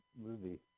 movie